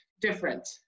different